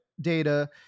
data